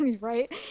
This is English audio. right